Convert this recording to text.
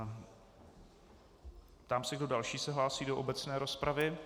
Ptám se, kdo další se hlásí do obecné rozpravy.